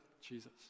Jesus